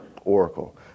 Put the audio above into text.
oracle